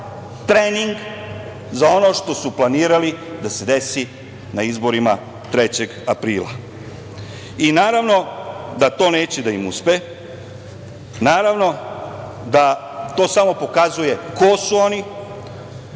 trening za ono što su planirali da se desi na izborima 3. aprila. Naravno da to neće da im uspe. Naravno da to samo pokazuje ko su oni.